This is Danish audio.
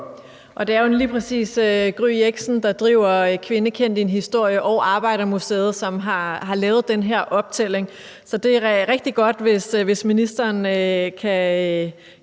Det er lige præcis Gry Jexen, der står bag »Kvinde Kend Din Historie «, og Arbejdermuseet, som har lavet den her optælling, så det er rigtig godt, hvis ministeren kan